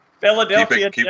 Philadelphia